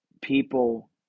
people